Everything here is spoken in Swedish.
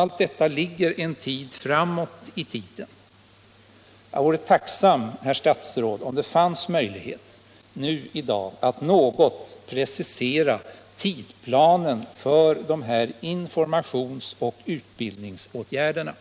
Allt detta ligger dock ett stycke framåt i tiden. Jag vore tacksam, herr statsråd, om det fanns möjlighet att i dag något precisera tidsplanen för dessa informations och utbildningsåtgärder.